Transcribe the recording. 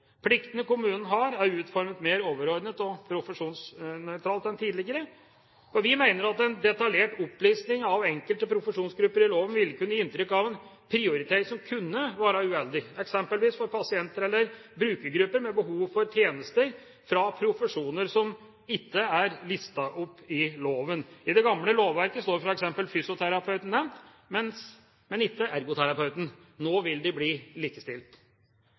Pliktene kommunene har, er utformet mer overordnet og profesjonsnøytralt enn tidligere. Vi mener at en detaljert opplisting av enkelte profesjonsgrupper i loven vil kunne gi inntrykk av en prioritering som kunne være uheldig, eksempelvis for pasienter eller brukergrupper med behov for tjenester fra profesjoner som ikke er listet opp i loven. I det gamle lovverket står f.eks. fysioterapeuten nevnt, men ikke ergoterapeuten. Nå vil de bli likestilt.